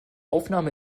aufnahme